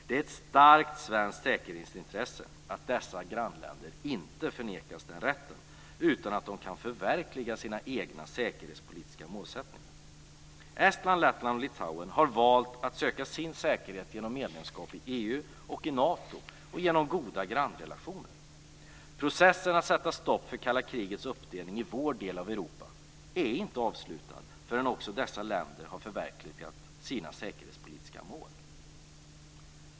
Det är ett starkt svenskt säkerhetsintresse att dessa grannländer inte förnekas den rätten, utan kan förverkliga sina egna säkerhetspolitiska målsättningar. Estland, Lettland och Litauen har valt att söka sin säkerhet genom medlemskap i EU och Nato och genom goda grannrelationer. Processen att sätta stopp för det kalla krigets uppdelning i vår del av Europa är inte avslutad förrän också dessa länder har förverkligat sina säkerhetspolitiska mål.